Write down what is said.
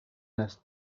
است